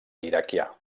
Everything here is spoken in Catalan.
iraquià